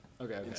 Okay